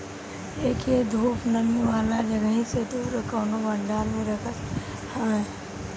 एके धूप, नमी वाला जगही से दूर कवनो भंडारा में रखल जात हवे